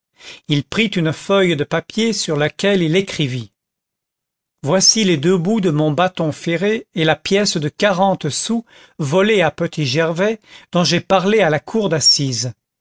il prit une feuille de papier sur laquelle il écrivit voici les deux bouts de mon bâton ferré et la pièce de quarante sous volée à petit gervais dont j'ai parlé à la cour d'assises